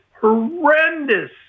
horrendous